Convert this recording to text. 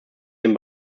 den